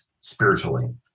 spiritually